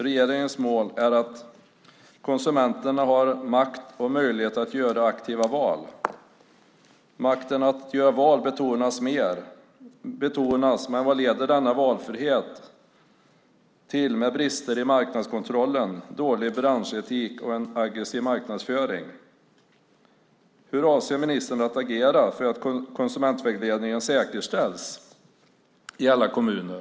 Regeringens mål är att konsumenterna har makt och möjlighet att göra aktiva val. Makten att göra val betonas, men vad leder denna valfrihet till med brister i marknadskontrollen, dålig branschetik och en aggressiv marknadsföring? Hur avser ministern att agera för att konsumentvägledningen säkerställs i alla kommuner?